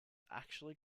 actually